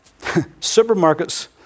supermarkets